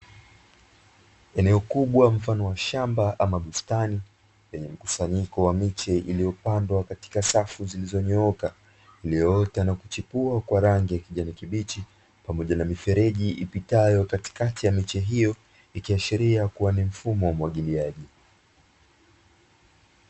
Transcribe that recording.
Eneo kubwa mfano wa shamba ama bustani zenye mkusanyiko wa miche iliyopandwa katika safu zilizonyooka, ulioota na kuchipua kwa rangi ya kijani kibichi pamoja na mifereji ipitayo katikati ya mechi hiyo ikiashiria kuwa ni mfumo wa umwagiliaji.